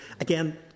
Again